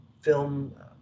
film